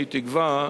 אני תקווה,